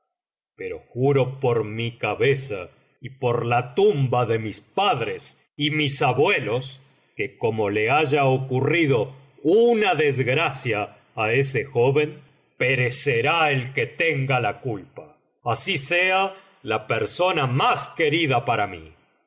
pero juro por mi cabeza y por la tumba de mis padres y mis abuelos que como le haya ocurrido una desgracia á ese joven perecerá el que tenga la culpa así sea la persona mas querida para mí